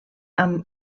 amb